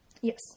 Yes